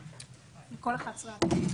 כל 11 הצעות החוק.